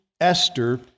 Esther